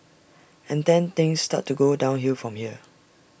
and then things start to go downhill from here